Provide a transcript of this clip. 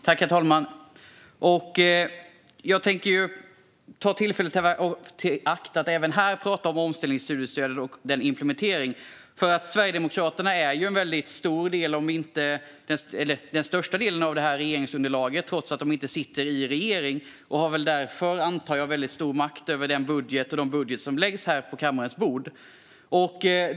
Herr talman! Jag tänkte ta tillfället i akt att även här prata om omställningsstudiestödet och dess implementering. Sverigedemokraterna är ju en stor del, om inte den största delen, av regeringsunderlaget, även om de inte sitter i regeringen. De har väl därför, antar jag, väldigt stor makt över de budgetar som läggs här på kammarens bord.